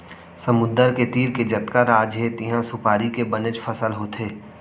समुद्दर के तीर के जतका राज हे तिहॉं सुपारी के बनेच फसल होथे